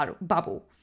bubble